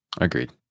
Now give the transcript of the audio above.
Agreed